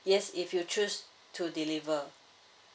yes if you choose to deliver